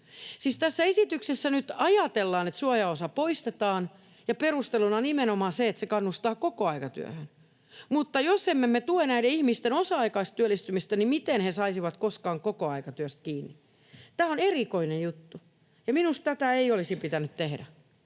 tässä esityksessä nyt ajatellaan, että suojaosa poistetaan, ja perusteluna on nimenomaan, että se kannustaa kokoaikatyöhön. Mutta jos emme me tue näiden ihmisten osa-aikaista työllistymistä, niin miten he saisivat koskaan kokoaikatyöstä kiinni? Tämä on erikoinen juttu, ja minusta tätä ei olisi pitänyt tehdä.